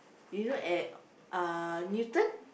you know at ah Newton